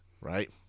right